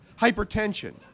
hypertension